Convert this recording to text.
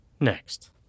next